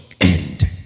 end